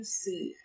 see